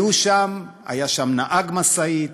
היה שם נהג משאית,